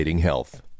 health